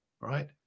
right